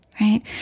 right